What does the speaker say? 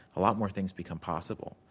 a lot more things become possible.